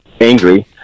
angry